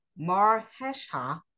Marhesha